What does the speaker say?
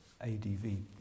ADV